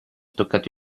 toccato